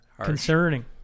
concerning